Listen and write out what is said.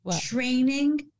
training